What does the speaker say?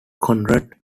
conrad